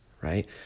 right